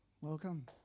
Welcome